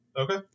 Okay